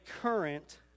current